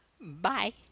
Bye